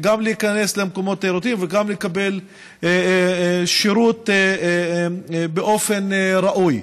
גם להיכנס למקומות תיירותיים וגם לקבל שירות באופן ראוי.